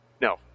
No